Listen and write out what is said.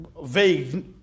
vague